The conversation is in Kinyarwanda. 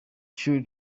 shuri